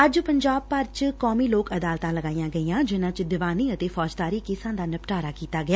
ਅੱਜ ਪੰਜਾਬ ਭਰ ਚ ਕੌਮੀ ਲੋਕ ਅਦਾਲਤਾਂ ਲਗਾਈਆਂ ਗਈਆਂ ਜਿਨਾਂ ਚ ਦੀਵਾਨੀ ਅਤੇ ਫੌਜਦਾਰੀ ਕੇਸਾਂ ਦਾ ਨਿਪਟਾਰਾ ਕੀਤਾ ਗਿਆ